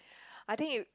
I think it